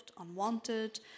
unwanted